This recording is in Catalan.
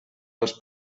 els